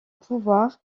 pouvoir